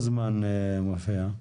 לגמור עם התהליכים, כמה זמן מופיע?